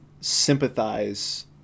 sympathize